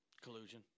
Collusion